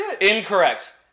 Incorrect